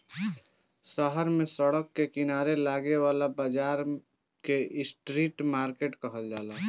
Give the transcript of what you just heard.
शहर में सड़क के किनारे लागे वाला बाजार के स्ट्रीट मार्किट कहल जाला